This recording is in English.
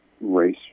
race